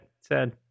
Sad